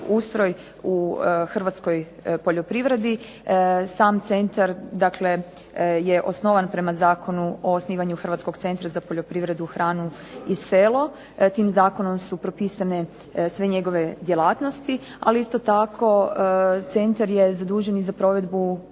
u hrvatskoj poljoprivredi. Sam centar dakle je osnovan prema Zakonu o osnivanju Hrvatskog centra za poljoprivredu, hranu i selo. Tim zakonom su propisane sve njegove djelatnosti, ali isto tako centar je zadužen i za provedbu